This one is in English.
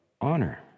honor